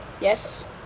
Yes